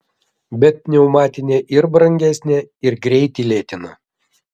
bet pneumatinė ir brangesnė ir greitį lėtina